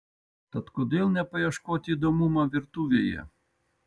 tad kodėl nepaieškoti įdomumo virtuvėje